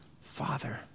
Father